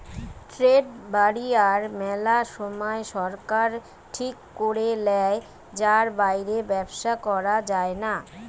trade barrier মেলা সময় সরকার ঠিক করে লেয় যার বাইরে ব্যবসা করা যায়না